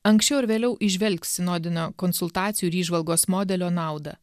anksčiau ar vėliau įžvelgs sinodinio konsultacijų ir įžvalgos modelio naudą